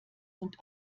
und